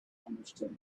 understood